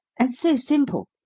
and so simple.